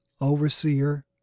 overseer